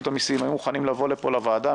המיסים היו מוכנים לבוא לפה לוועדה.